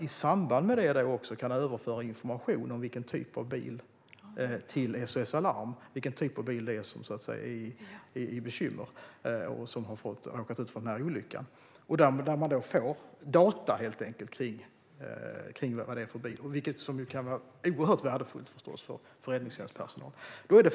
I samband med det kan information också överföras om vilken typ av bil det är som har råkat ut för olyckan. Där får man data kring vad det är för bil, vilket förstås kan vara oerhört värdefullt för räddningstjänstpersonalen.